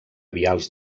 vials